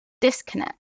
disconnect